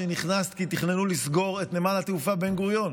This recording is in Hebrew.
שנכנסת כי תכננו לסגור את נמל התעופה בן-גוריון.